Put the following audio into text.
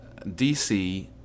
DC